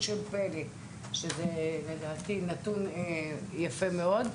שלדעתי זה נתון יפה מאוד.